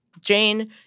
Jane